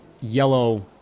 yellow